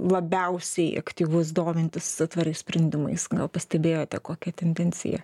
labiausiai aktyvus domintis tvariais sprendimais gal pastebėjote kokia tendencija